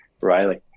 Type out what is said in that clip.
Riley